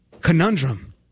conundrum